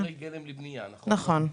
חומרי גלם לבנייה, נכון?